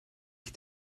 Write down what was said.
ich